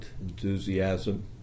enthusiasm